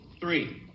three